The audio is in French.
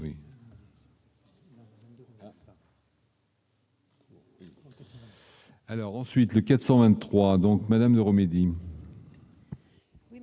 Alors ensuite le 423 donc Madame remédie.